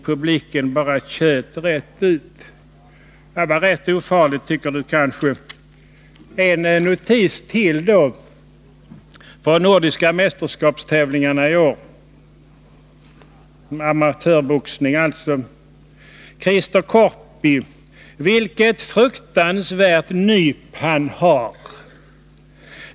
Publiken bara tjöt rätt ut.” Det här kanske någon tycker var ofarligt, men låt mig då ta en annan notis. Den gäller de nordiska mästerskapstävlingarna för amatörboxare i år: ”Christer Corpi — vilket fruktansvärt nyp han har.